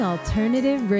Alternative